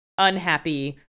unhappy